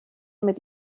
mit